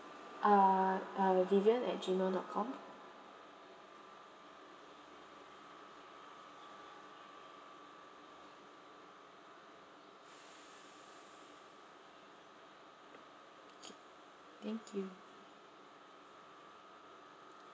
uh uh vivian at gmail dot com K thank you